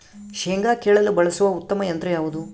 ಶೇಂಗಾ ಕೇಳಲು ಬಳಸುವ ಉತ್ತಮ ಯಂತ್ರ ಯಾವುದು?